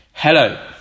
Hello